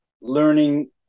learning